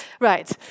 right